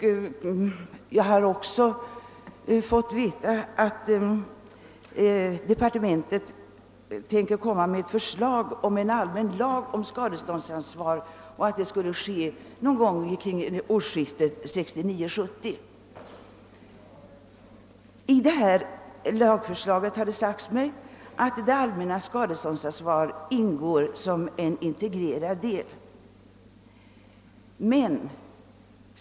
Jag har också fått veta att justitiedepartementet någon gång omkring årsskiftet 1969/70 ämnar framlägga förslag om en allmän lag om skadeståndsansvar. I detta lagförslag har det sagts mig att ett allmänt skadeståndsansvar ingår som en integrerad del.